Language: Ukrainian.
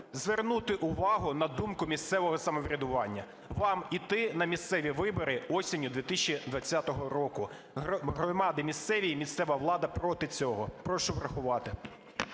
звернути увагу на думку місцевого самоврядування. Вам йти на місцеві вибори осінню 2020 року. Громади місцеві і місцева влада проти цього, прошу врахувати.